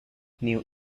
new